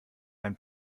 ein